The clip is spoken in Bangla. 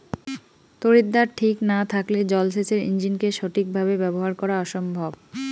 তড়িৎদ্বার ঠিক না থাকলে জল সেচের ইণ্জিনকে সঠিক ভাবে ব্যবহার করা অসম্ভব